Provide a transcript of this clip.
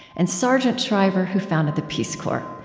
and sargent shriver, who founded the peace corps.